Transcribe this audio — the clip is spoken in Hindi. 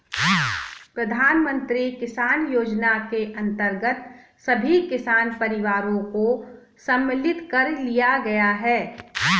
प्रधानमंत्री किसान योजना के अंतर्गत सभी किसान परिवारों को सम्मिलित कर लिया गया है